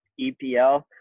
EPL